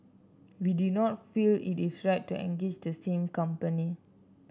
we do not feel it is right to engage the same company